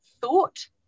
thought